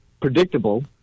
predictable